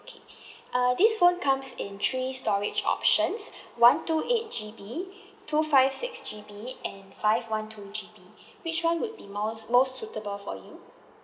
uh this phone comes in three storage options one two eight G_B two five six G_B and five one two G_B which one would be more most suitable for you